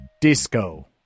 Disco